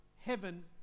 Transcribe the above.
heaven